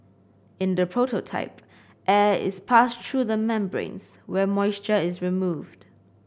in the prototype air is passed through membranes where moisture is removed